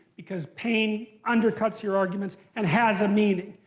because pain undercuts your arguments and has a meaning.